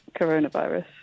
Coronavirus